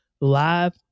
live